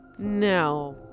No